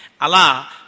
Allah